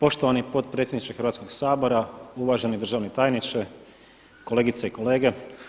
Poštovani potpredsjedniče Hrvatskoga sabora, uvaženi državni tajniče, kolegice i kolege!